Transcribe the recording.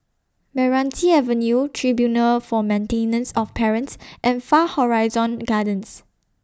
Meranti Avenue Tribunal For Maintenance of Parents and Far Horizon Gardens